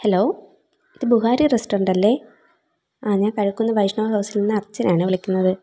hello ഇത് Buhari restaurant അല്ലേ ആ ഞാൻ കഴക്കുന്നം വൈഷ്ണവ ഹൗസിൽ നിന്ന് അർച്ചന ആണേ വിളിക്കുന്നത്